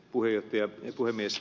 arvoisa puhemies